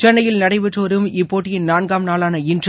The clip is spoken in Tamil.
சென்னையில் நடைபெற்று வரும் இப்போட்டியின் நான்காம் நாளான இன்று